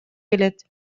келет